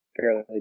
fairly